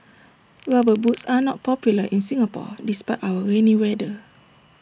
rubber boots are not popular in Singapore despite our rainy weather